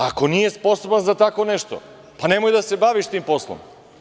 Ako nije sposoban za tako nešto, nemoj da se bavi tim poslom.